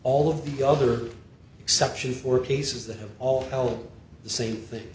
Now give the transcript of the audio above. all of the other exceptions for cases that have all felt the same thing